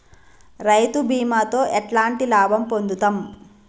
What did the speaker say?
రైతు బీమాతో ఎట్లాంటి లాభం పొందుతం?